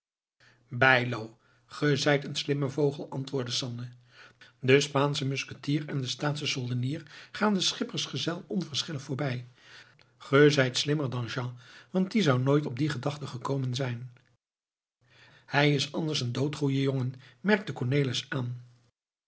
ge zijt een slimme vogel antwoordde sanne de spaansche musketier en de staatsche soldenier gaan den schippersgezel onverschillig voorbij ge zijt slimmer dan jean want die zou nooit op die gedachte gekomen zijn hij is anders een dood goeie jongen merkte cornelis aan